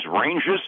ranges